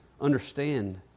understand